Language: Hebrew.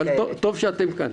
אבל טוב שאתם כאן.